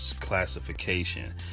classification